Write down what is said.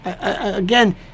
Again